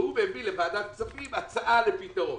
והוא מביא לוועדת כספים הצעה לפתרון.